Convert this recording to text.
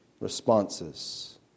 responses